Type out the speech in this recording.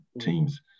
teams